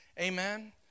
Amen